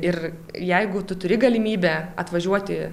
ir jeigu tu turi galimybę atvažiuoti